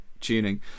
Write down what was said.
tuning